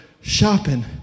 shopping